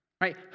right